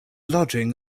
lodging